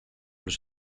los